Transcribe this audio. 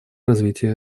развития